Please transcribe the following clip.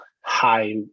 high